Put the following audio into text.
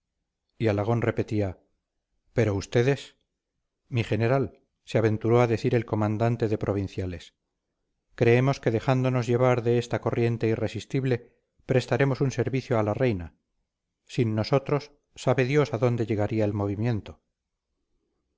y alagón repetía pero ustedes mi general se aventuró a decir el comandante de provinciales creemos que dejándonos llevar de esta corriente irresistible prestaremos un servicio a la reina sin nosotros sabe dios a dónde llegaría el movimiento